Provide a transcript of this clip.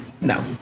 No